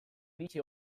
iritzi